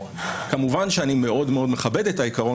כמובן שאני מאוד מאוד מכבד את העקרון